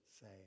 say